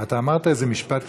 אתה אמרת איזה משפט,